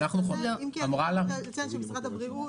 אם כי חשוב לציין שמשרד הבריאות,